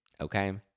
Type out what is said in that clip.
okay